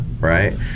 Right